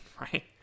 right